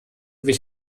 wich